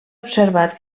observat